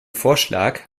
vorschlag